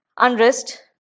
unrest